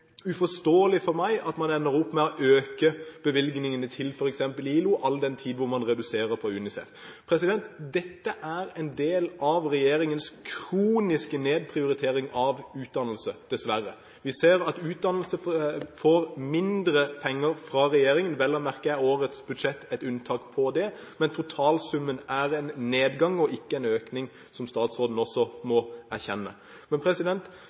uforståelig for meg at man ender opp med å øke bevilgningene til f.eks. ILO, all den tid man reduserer når det gjelder UNICEF. Dette er en del av regjeringens kroniske nedprioritering av utdannelse, dessverre. Vi ser at utdannelse får mindre penger fra regjeringen, vel å merke er årets budsjett her et unntak, men totalsummen er en nedgang og ikke en økning, som statsråden også må erkjenne.